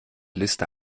liste